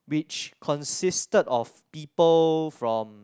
which consisted of people from